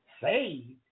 saved